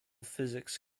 physics